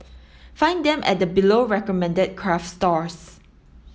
find them at the below recommended craft stores